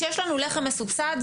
שיש לנו לחם מסובסד,